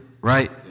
right